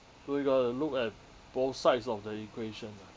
so you got to look at both sides of the equation ah